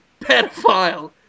pedophile